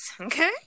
Okay